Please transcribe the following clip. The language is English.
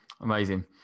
Amazing